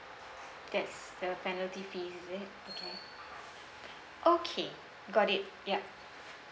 that's there's penalty fee is it okay okay got it yup